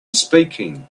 speaking